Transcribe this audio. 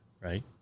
right